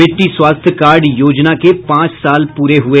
मिट्टी स्वास्थ्य कार्ड योजना के पांच साल पूरे हुए